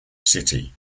city